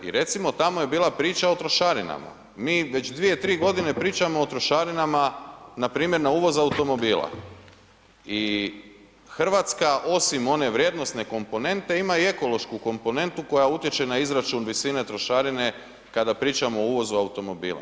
I recimo tamo je bila priča o trošarinama, mi već 2, 3 godine pričamo o trošarinama npr. na uvoz automobila i Hrvatska osim one vrijednosne komponente ima i ekološku komponentu koja utječe na izračun visine trošarine kada pričamo o uvozu automobila.